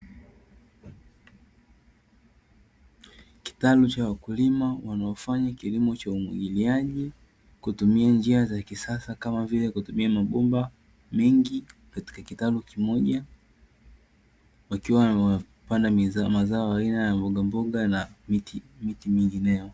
Kitalu cha wakulima wanaofanya kilimo cha umwagiliaji, kutumia njia za kisasa kama vile kutumia mabomba mengi katika kitalu kimoja, wakiwa wanapanda mazao aina ya mbogamboga na miti mingineyo.